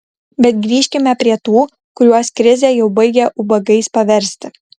bet grįžkime prie tų kuriuos krizė jau baigia ubagais paversti